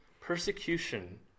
persecution